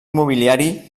mobiliari